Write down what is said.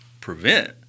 prevent